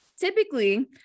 typically